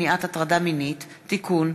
הצעת חוק למניעת הטרדה מינית (תיקון,